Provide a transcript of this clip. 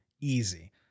easy